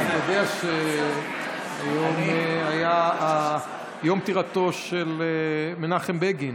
אתה יודע שהיום היה יום פטירתו של מנחם בגין.